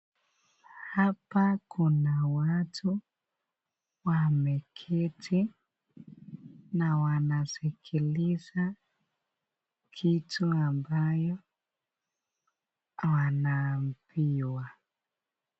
Hapa kuna watu wameketi na wanasikiliza kitu ambayo wanaambiwa.